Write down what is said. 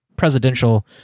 presidential